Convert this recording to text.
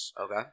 Okay